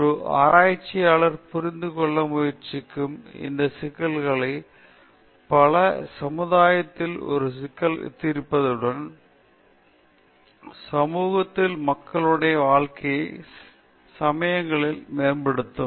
ஒரு ஆராய்ச்சியாளர் புரிந்து கொள்ள முயற்சிக்கும் இந்த சிக்கல்களில் பல சமுதாயத்தில் ஒரு சிக்கலை தீர்ப்பதுடன் சமூகத்தில் மக்களுடைய வாழ்க்கையை சில சமயங்களில் மேம்படுத்தும்